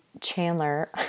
Chandler